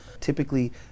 typically